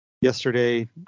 yesterday